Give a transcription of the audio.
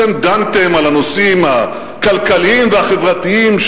אתם דנתם על הנושאים הכלכליים והחברתיים,